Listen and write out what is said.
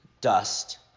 dust